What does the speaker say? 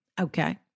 Okay